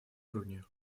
уровне